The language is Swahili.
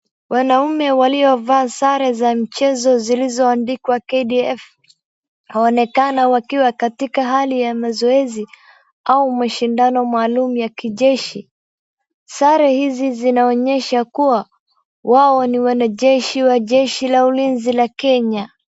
Wanaume waliovaa sare za mchezo zilizoandikwa KDF, inaonekana wakiwa katika hali ya mazoezi au mashindano maalum ya kijeshi. Sare hizi zinaonyesha kuwa, wao ni wanajeshi wa jeshi la ulinzi la Kenya.